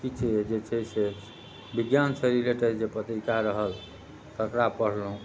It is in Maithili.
किछु जे छै से विज्ञानसँ रिलेटेड जे पत्रिका रहल तकरा पढ़लहुँ